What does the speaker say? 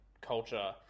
culture